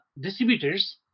distributors